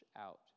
out